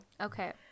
okay